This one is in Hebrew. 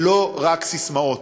זה לא רק ססמאות.